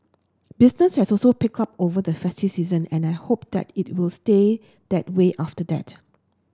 business has also picked up over the festive season and I hope that it will stay that way after that